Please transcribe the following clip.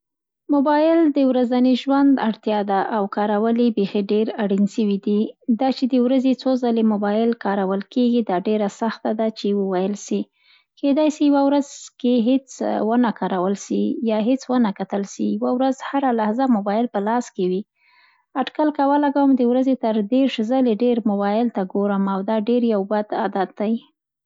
موبایل د ورځني ژوند اړتیا ده او کارول یې بیخي ډېر اړین سوي دي. دا چي د ورځې څو ځلي مبایل کارول کېږي ډا ډېره سخته ده چي وویل سي. کیدای سي یوه ورځ کې هېڅ و نه کارول سي، یا هېڅ و نه کتل سي او یوه ورځ هره لحظه موبایل په لاس کې وي. اټکل که ولګوم د ورځې تر دیرش ځلي ډېر موبایل ته ګورم او دا ډېر بد عادت دی.